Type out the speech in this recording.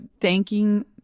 thanking